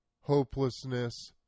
hopelessness